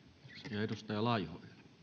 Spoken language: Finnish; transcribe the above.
arvoisa